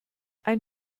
ein